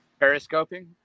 Periscoping